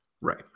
Right